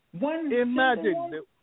Imagine